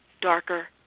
darker